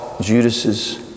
Judas's